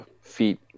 feet